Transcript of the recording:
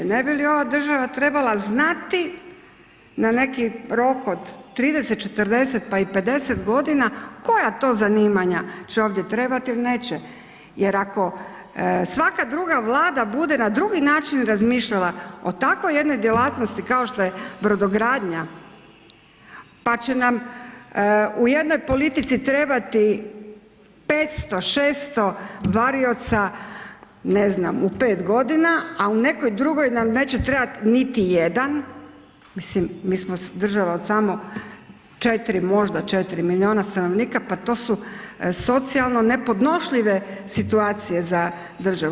Ne bi li ova država trebala znati na neki rok od 30, 40, pa i 50 godina koja to zanimanja će ovdje trebati ili neće jer ako svaka druga vlada bude na drugi način razmišljala o takvoj jednoj djelatnosti kao što je brodogradnja, pa će nam u jednoj politici trebati 500, 600 varioca ne znam, u 5 godina, a u nekoj drugoj nam neće trebati niti jedan, mislim, mi smo država od samo 4, možda 4 milijuna stanovnika, pa to su socijalno nepodnošljive situacije za državu.